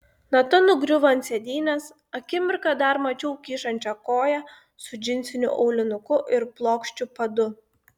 nata nugriuvo ant sėdynės akimirką dar mačiau kyšančią koją su džinsiniu aulinuku ir plokščiu padu